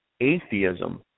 atheism